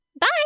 Bye